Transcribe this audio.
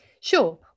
Sure